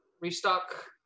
restock